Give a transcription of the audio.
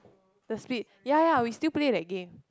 the speed ya lah we still play that game